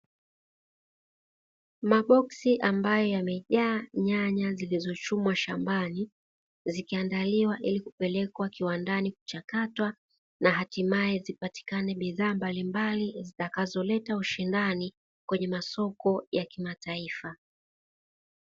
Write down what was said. Maboksi ambayo yamejaa nyanya zilizochumwa shambani zikiandaliwa ili kupelekwa kiwandani kuchakatwa, na hatimaye zipatikane bidhaa mbalimbali zitakazo leta ushindani kwenye masoko ya kimataifa.